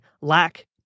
lack